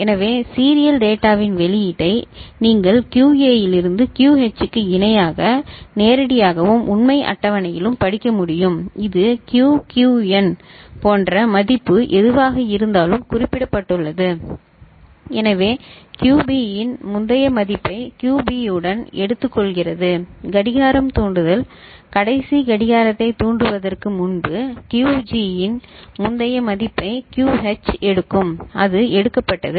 எனவே serial data இன் வெளியீட்டை நீங்கள் QA இலிருந்து QH க்கு இணையாக நேரடியாகவும் உண்மை அட்டவணையிலும் படிக்க முடியும் இது QQn போன்ற மதிப்பு எதுவாக இருந்தாலும் குறிப்பிடப்பட்டுள்ளது எனவே QB இன் முந்தைய மதிப்பை QB உடன் எடுத்துக்கொள்கிறது கடிகாரம் தூண்டுதல் கடைசி கடிகாரத்தைத் தூண்டுவதற்கு முன்பு QG இன் முந்தைய மதிப்பை QH எடுக்கும் அது எடுக்கப்பட்டது